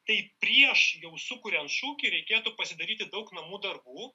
tai prieš jau sukuriant šūkį reikėtų pasidaryti daug namų darbų